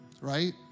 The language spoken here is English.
right